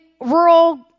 rural